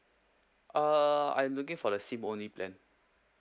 uh I'm looking for the SIM only plan